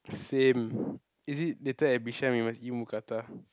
same is it later at Bishan we must eat Mookata